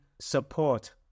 support